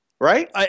Right